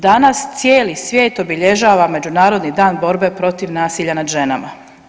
Danas cijeli svijet obilježava Međunarodni dan borbe protiv nasilja nad ženama.